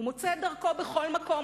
הוא מוצא את דרכו בכל מקום.